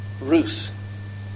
Ruth